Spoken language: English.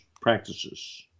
practices